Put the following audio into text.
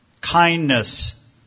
kindness